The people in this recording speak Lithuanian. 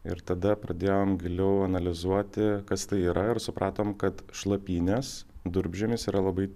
ir tada pradėjome giliau analizuoti kas tai yra ir supratome kad šlapynes durpžemis yra labai